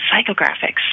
psychographics